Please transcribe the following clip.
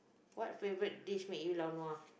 what favourite dish make you lao nua